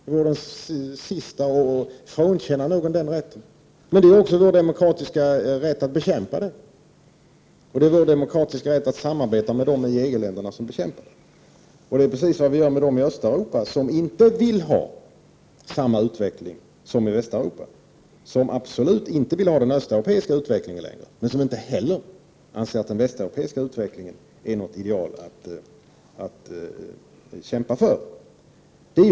Jag vore den sista att frånkänna någon denna rätt. Men det är också vår demokratiska rätt att bekämpa ett medlemskap, liksom det är vår demokratiska rätt att samarbeta med dem i länder i EG som bekämpar ett sådant. Det är precis vad vi gör med de länder i Östeuropa som ju absolut inte längre vill ha den östeuropeiska utvecklingen, men som inte heller anser att den västeuropeiska utvecklingen är något ideal att kämpas för.